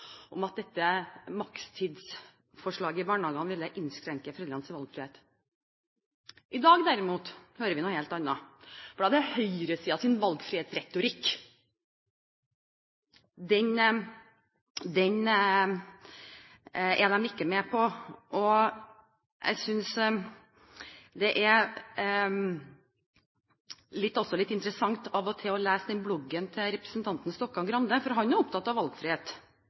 i barnehagene og mente at det ville innskrenke foreldrenes valgfrihet. I dag, derimot, hører vi noe helt annet. De er ikke med på høyresidens valgfrihetsretorikk. Jeg synes det er litt interessant av og til å lese bloggen til representanten Stokkan-Grande, for han er opptatt av valgfrihet.